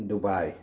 Dubai